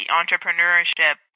entrepreneurship